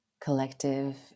collective